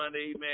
amen